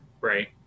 Right